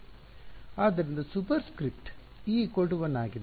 ಆದ್ದರಿಂದ super script e1 ಆಗಿದೆ